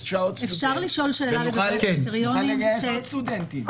שעות סטודנט ונוכל לגייס עוד סטודנטים.